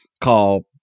called